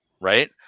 right